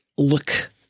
look